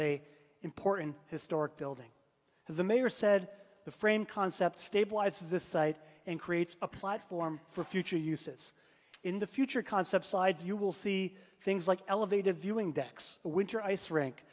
a important historic building as the mayor said the frame concept stabilize the site and creates a platform for future use it's in the future concept sides you will see things like elevated viewing decks winter ice rink